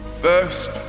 First